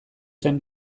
zen